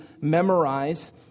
memorize